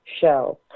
Show